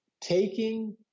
taking